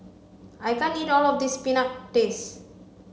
I can't eat all of this peanut paste